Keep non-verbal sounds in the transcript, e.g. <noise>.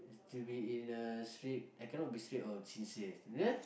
to be in a straight I cannot be straight or sincere <noise>